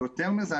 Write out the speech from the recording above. ויותר מזה,